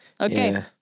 Okay